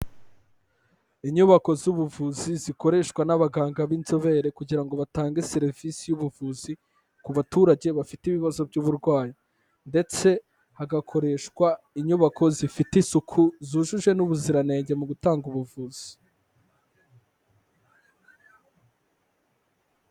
Inyubako z'ubuvuzi zikoreshwa n'abaganga b'inzobere kugira ngo batange serivisi y'ubuvuzi ku baturage bafite ibibazo by'uburwayi ndetse hagakoreshwa inyubako zifite isuku, zujuje n'ubuziranenge mu gutanga ubuvuzi.